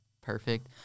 perfect